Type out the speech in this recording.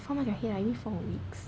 four month I hear you mean four weeks